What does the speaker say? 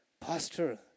Pastor